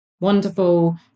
wonderful